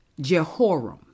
Jehoram